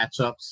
matchups